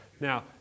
Now